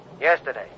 Yesterday